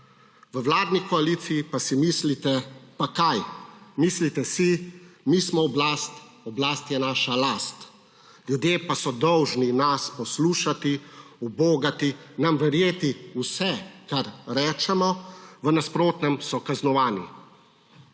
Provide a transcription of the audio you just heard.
v vladni koaliciji pa si mislite, pa kaj, mislite si, mi smo oblast, oblast je naša last, ljudje pa so dolžni nas poslušati, ubogati, nam verjeti vse, kar rečemo, v nasprotnem so kaznovani,